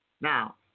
Now